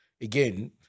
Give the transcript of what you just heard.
Again